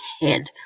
head